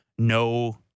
No